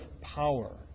power